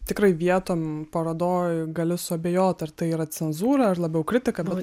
tikrai vietom parodoj gali suabejot ar tai yra cenzūra ar labiau kritika bet